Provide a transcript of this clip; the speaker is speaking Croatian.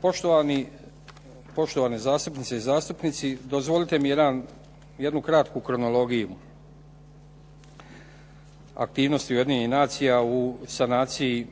Poštovani zastupnice i zastupnici dozvolite mi jednu kratku kronologiju aktivnosti Ujedinjenih nacija u sanaciji